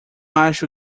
acho